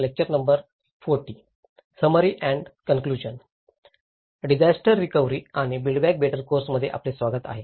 disaster recovery आणि build back better course मध्ये आपले स्वागत आहे